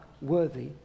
worthy